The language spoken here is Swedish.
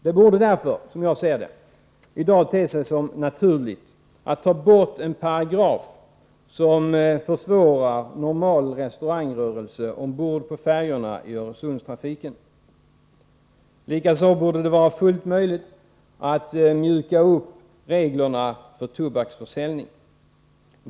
Det borde därför i dag te sig naturligt att ta bort en paragraf som försvårar normal restaurangrörelse ombord på färjorna i Öresundstrafiken. Likaså borde det vara fullt möjligt att mjuka upp reglerna för tobaksförsäljning.